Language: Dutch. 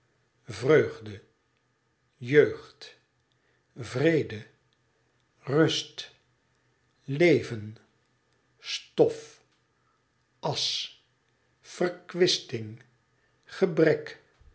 vreugde jeugd vrede rust leven stof asch verkwisting gebrek